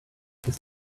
his